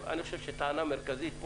אנחנו שומעים טענה מרכזית: